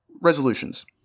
resolutions